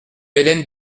hélène